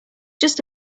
just